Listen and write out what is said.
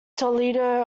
toledo